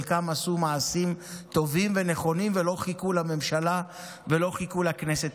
חלקם עשו מעשים טובים ונכונים ולא חיכו לממשלה ולא חיכו לכנסת,